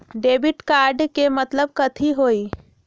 Debit card के मतलब कथी होई?